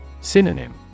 Synonym